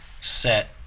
set